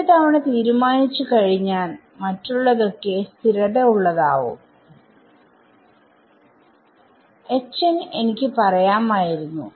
ഒരു തവണ തീരുമാനിച്ചു കഴിഞ്ഞാൽ മറ്റുള്ളതൊക്കെ സ്ഥിരത ഉള്ളതാവും എനിക്ക് പറയാമായിരുന്നു